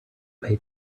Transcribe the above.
pay